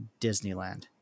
Disneyland